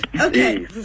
Okay